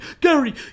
Gary